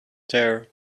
there